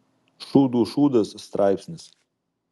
šūdų šūdas straipsnis